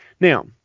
Now